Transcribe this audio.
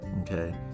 Okay